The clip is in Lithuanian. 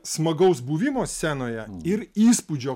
smagaus buvimo scenoje ir įspūdžio